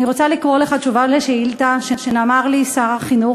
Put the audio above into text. אני רוצה לקרוא לך תשובה על שאילתה שנתן לי שר החינוך.